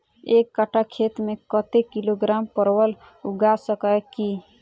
एक कट्ठा खेत मे कत्ते किलोग्राम परवल उगा सकय की??